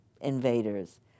invaders